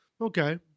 okay